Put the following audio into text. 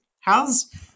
How's